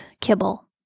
kibble